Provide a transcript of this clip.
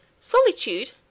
Solitude